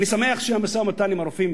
אני שמח שהמשא-ומתן עם הרופאים